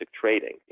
trading